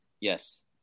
yes